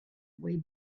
way